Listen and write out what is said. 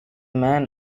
man